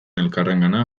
elkarrengana